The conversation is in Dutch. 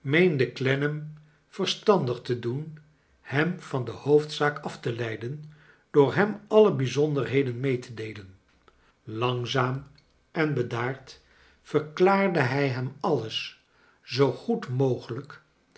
meende clennam verstandig te doen hem van de hoofdzaak af te leiden door hem alle bijzonderheden mee te deelen langzaam en bedaard verklaarde hij hem alles zoo goed mogelijk